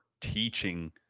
teaching